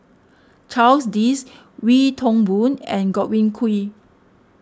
Charles Dyce Wee Toon Boon and Godwin Koay